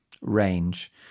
range